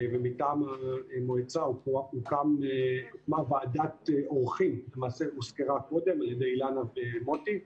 ומטעם המועצה הוקמה ועדת העורכים שהוזכרה קודם על ידי אילנה ומוטי,